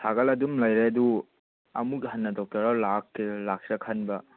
ꯁꯥꯒꯠꯂ ꯑꯗꯨꯝ ꯂꯩꯔꯦ ꯑꯗꯨ ꯑꯃꯨꯛ ꯍꯟꯅ ꯗꯣꯛꯇꯔꯗ ꯂꯥꯛꯀꯦꯔꯥ ꯂꯥꯛꯁꯤꯔꯥ ꯈꯟꯕ